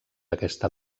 aquesta